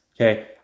Okay